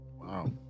Wow